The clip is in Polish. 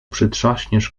przytrzaśniesz